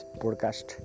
podcast